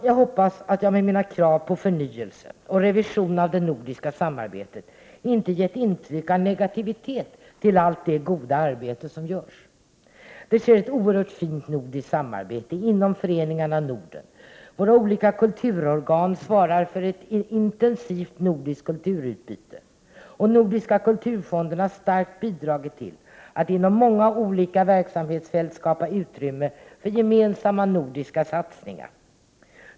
Jag hoppas att jag med mina krav på förnyelse och revision av det nordiska samarbetet inte har gett intryck av negativitet till allt det goda arbete som görs. Det sker ett oerhört fint nordiskt samarbete inom föreningarna Norden. Våra olika kulturorgan svarar för ett intensivt nordiskt kulturutbyte, och Nordiska kulturfonden har starkt bidragit till att inom många olika verksamhetsfält skapa utrymme för gemensamma nordiska satsningar.